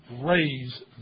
raise